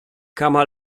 kama